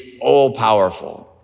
all-powerful